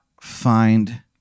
find